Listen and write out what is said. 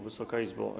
Wysoka Izbo!